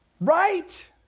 right